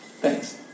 thanks